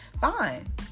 fine